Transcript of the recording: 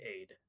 aid